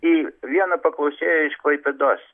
į vieną paklausėją iš klaipėdos